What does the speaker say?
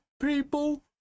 people